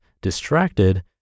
distracted